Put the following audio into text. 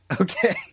Okay